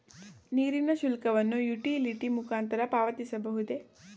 ನೀರಿನ ಶುಲ್ಕವನ್ನು ಯುಟಿಲಿಟಿ ಮುಖಾಂತರ ಪಾವತಿಸಬಹುದೇ?